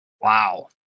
Wow